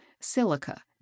silica